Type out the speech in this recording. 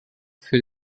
für